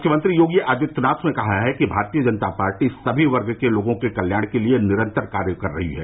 मुख्यमंत्री योगी आदित्यनाथ ने कहा कि भारतीय जनता पार्टी सभी वर्ग के लोगों के कल्याण के लिए निरन्तर कार्य कर रही है